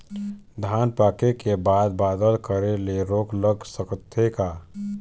धान पाके के बाद बादल करे ले रोग लग सकथे का?